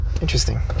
Interesting